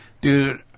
dude